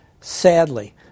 Sadly